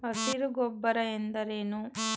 ಹಸಿರು ಗೊಬ್ಬರ ಎಂದರೇನು?